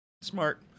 smart